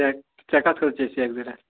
ژےٚ ژےٚ کَتھ خٲطرٕ چھےٚ سٮ۪کھ ضروٗرت